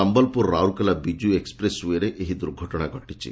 Sambalpur Rourkela Biju express ଓଏରେ ଏହି ଦୂର୍ଘଟଶା ଘଟିଛି